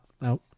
no